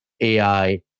AI